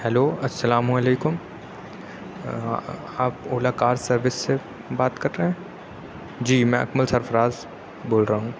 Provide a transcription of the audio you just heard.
hello السلام علیکم آپ اولا کار سروس سے بات کر رہے ہیں جی میں اکمل سرفراز بول رہا ہوں